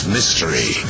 Mystery